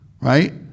right